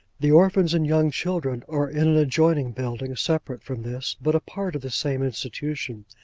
the orphans and young children are in an adjoining building separate from this, but a part of the same institution.